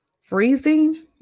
freezing